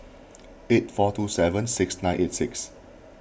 eight four two seven six nine eight six